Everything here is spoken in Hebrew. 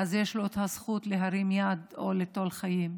אז יש לו את הזכות להרים יד או ליטול חיים.